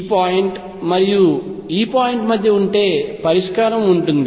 ఈ పాయింట్ మరియు పాయింట్ మధ్య ఉంటే పరిష్కారం ఉంటుంది